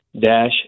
dash